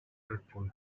dreadful